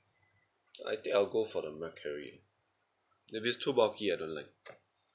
I think I'll go for the mercury if it's too bulky I don't like